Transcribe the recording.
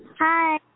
Hi